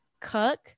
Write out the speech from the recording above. cook